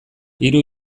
hiru